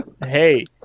Hey